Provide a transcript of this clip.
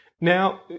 Now